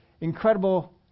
incredible